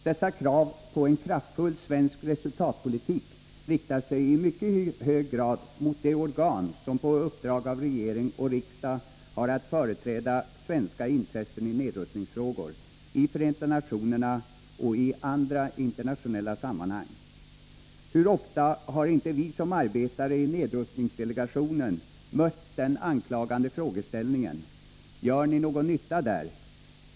Dessa krav på en kraftfull svensk resultatpolitik riktar sig i mycket hög grad mot de organ som på uppdrag av regering och riksdag har att företräda svenska intressen i nedrustningsfrågor i Förenta nationerna och andra internationella sammanhang. Hur ofta har inte vi som arbetar i nedrustningsdelegationen mött den anklagande frågeställningen: ”Gör ni någon nytta där?